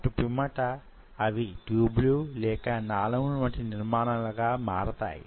అటుపిమ్మట అవి ట్యూబ్ లు లేక నాళముల వంటి నిర్మాణాలుగా మారుతాయి